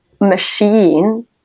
machine